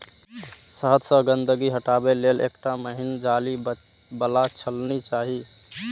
शहद सं गंदगी हटाबै लेल एकटा महीन जाली बला छलनी चाही